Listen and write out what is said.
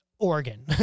Oregon